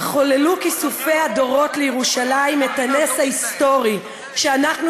חוללו כיסופי הדורות לירושלים את הנס ההיסטורי שאנחנו